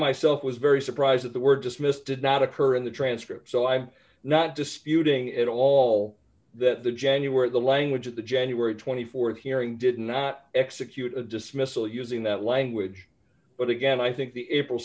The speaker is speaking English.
myself was very surprised that the word dismissed did not occur in the transcript so i'm not disputing at all that the january the language of the january th hearing did not execute a dismissal using that language but again i think the april